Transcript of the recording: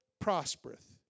prospereth